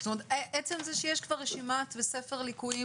עצם זה שיש כבר רשימה וספר ליקויים,